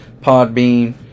Podbean